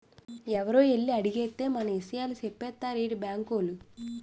ఎవరో ఎల్లి అడిగేత్తే మన ఇసయాలు సెప్పేత్తారేటి బాంకోలు?